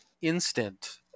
instant